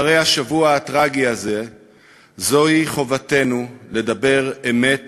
אחרי השבוע הטרגי הזה חובתנו לדבר אמת,